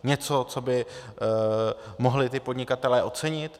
Něco, co by mohli ti podnikatelé ocenit?